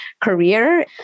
career